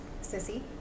Sissy